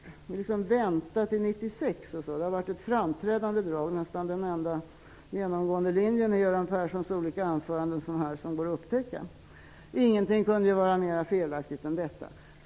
Påståenden att regeringen väntar till 1996 har varit ett genomgående drag, nästan den enda genomgående linje som går att upptäcka i Göran Perssons olika anföranden. Ingenting kunde vara mer felaktigt än detta.